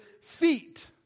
feet